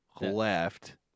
left